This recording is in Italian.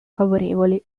favorevole